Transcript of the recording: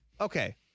Okay